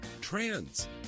Trans